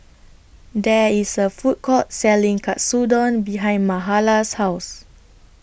There IS A Food Court Selling Katsudon behind Mahala's House